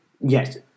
Yes